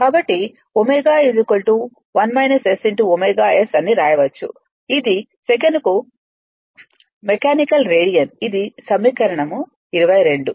కాబట్టి ω ωS అని వ్రాయవచ్చు ఇది సెకనుకు మెకానికల్ రేడియన్ ఇది సమీకరణం 22